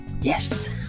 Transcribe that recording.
yes